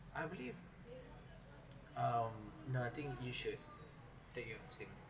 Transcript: I believe um no I think you should take your statement